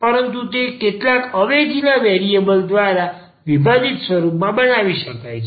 પરંતુ તે કેટલાક અવેજીના વેરિએબલ દ્વારા વિભાજીત સ્વરૂપમાં બનાવી શકાય છે